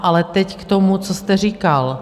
Ale teď k tomu, co jste říkal.